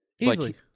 easily